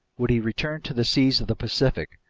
would he return to the seas of the pacific,